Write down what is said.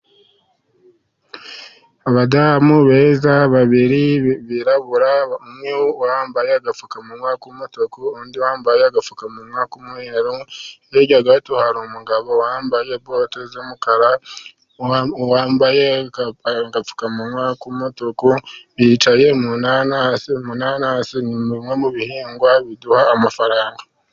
Abadamu beza, babiri birabura, umwe wambaye agapfukamunwa k'umutuku, undi wambaye agapfukamunwa k'umweru, hirya gato hari umugabo wambaye bote z'umukara, wambaye agapfukamunwa k'umutuku, bicaye mu nanasi, inanasi ni bimwe mu bihingwa biduha amafaranga.